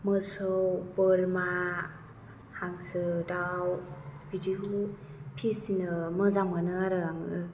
मोसौ बोरमा हांसो दाउ बिदिखौ फिसिनो मोजां मोनो आरो आङो